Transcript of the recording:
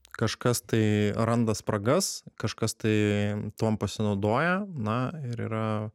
kažkas tai randa spragas kažkas tai tuom pasinaudoja na ir yra